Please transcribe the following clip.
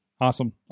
Awesome